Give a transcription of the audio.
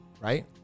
right